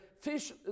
fish